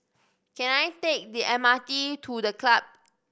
can I take the M R T to The Club